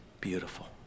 beautiful